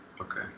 Okay